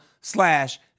slash